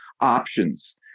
options